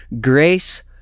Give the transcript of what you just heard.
Grace